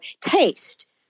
taste